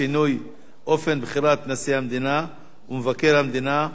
שינוי אופן בחירת נשיא המדינה ומבקר המדינה),